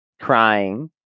crying